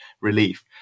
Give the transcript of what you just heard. relief